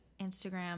Instagram